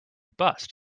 bust